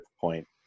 point